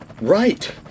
right